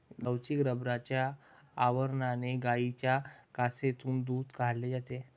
लवचिक रबराच्या आवरणाने गायींच्या कासेतून दूध काढले जाते